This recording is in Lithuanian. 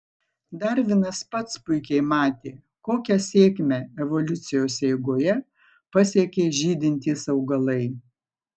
darvinas pats puikiai matė kokią sėkmę evoliucijos eigoje pasiekė žydintys augalai